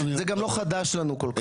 זה גם לא חדש לנו כל כך.